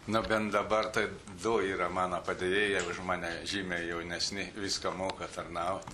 na bent dabar taip du yra mano padėjėjai už mane žymiai jaunesni viską moka tarnaut